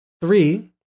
Three